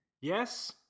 yes